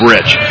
Rich